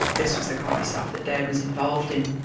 this was the kind of stuff that dad was involved in.